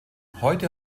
heute